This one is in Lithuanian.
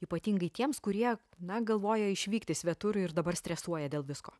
ypatingai tiems kurie na galvoja išvykti svetur ir dabar stresuoja dėl visko